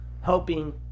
helping